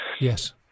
Yes